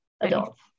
adults